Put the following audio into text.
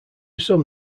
some